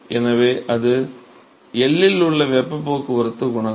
எனவே அது L இல் உள்ள வெப்பப் போக்குவரத்துக் குணகம்